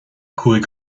cúig